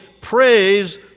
praise